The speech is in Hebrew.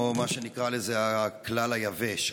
או מה שנקרא הכלל היבש,